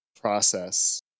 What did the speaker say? process